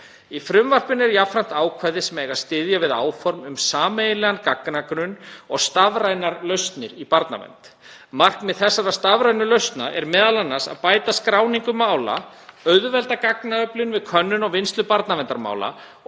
Í frumvarpinu er jafnframt ákvæði sem eiga að styðja við áform um sameiginlegan gagnagrunn og stafrænar lausnir í barnavernd. Markmið þessara stafrænu lausna er m.a. að bæta skráningu mála, auðvelda gagnaöflun við könnun og vinnslu barnaverndarmála